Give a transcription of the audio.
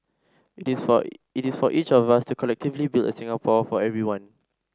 it is for it is for each of us to collectively build a Singapore for everyone